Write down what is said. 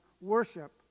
worship